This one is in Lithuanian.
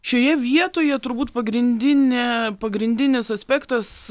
šioje vietoje turbūt pagrindinė pagrindinis aspektas